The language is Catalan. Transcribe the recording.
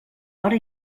hora